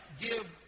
give